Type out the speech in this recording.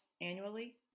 annually